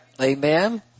Amen